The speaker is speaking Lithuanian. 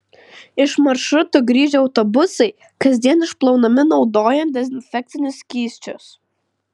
iš maršrutų grįžę autobusai kasdien išplaunami naudojant dezinfekcinius skysčius